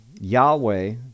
Yahweh